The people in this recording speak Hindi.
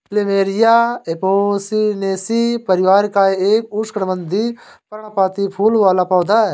प्लमेरिया एपोसिनेसी परिवार का एक उष्णकटिबंधीय, पर्णपाती फूल वाला पौधा है